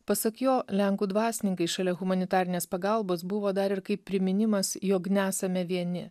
pasak jo lenkų dvasininkai šalia humanitarinės pagalbos buvo dar ir kaip priminimas jog nesame vieni